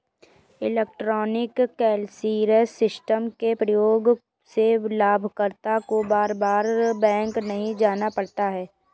electronic clearance system के प्रयोग से लाभकर्ता को बार बार बैंक नहीं जाना पड़ता है